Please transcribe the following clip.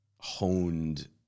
honed